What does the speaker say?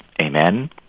Amen